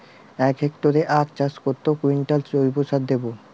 এক হেক্টরে আখ চাষে কত কুইন্টাল জৈবসার দেবো?